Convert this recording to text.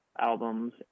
albums